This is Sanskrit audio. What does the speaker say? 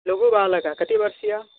लघुबालकः कति वर्षीयः